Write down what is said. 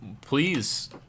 please